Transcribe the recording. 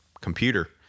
computer